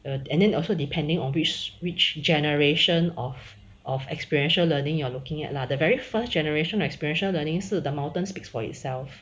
and then also depending on which which generation of of experiential learning you're looking at lah the very first generation experiential learning 是 the mountain speaks for itself